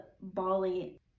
Bali